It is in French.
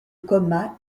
coma